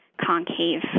concave